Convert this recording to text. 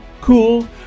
cool